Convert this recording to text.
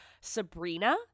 Sabrina